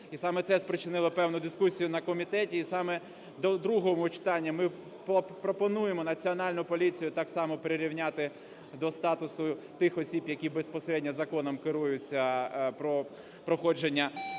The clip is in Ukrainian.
і саме це спричинило певну дискусію на комітеті і саме до другого читання ми пропонуємо Національну поліцію так само прирівняти до статусу тих осіб, які безпосередньо законом керуються про проходження